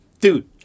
dude